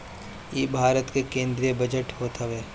इ भारत के केंद्रीय बजट होत हवे